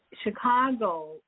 Chicago